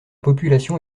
population